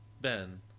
Ben